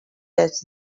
that